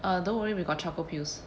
uh don't worry we got charcoal pills